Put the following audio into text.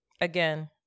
again